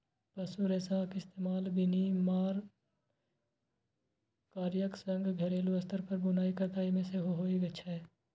पशु रेशाक इस्तेमाल विनिर्माण कार्यक संग घरेलू स्तर पर बुनाइ कताइ मे सेहो होइ छै